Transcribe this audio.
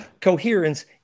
coherence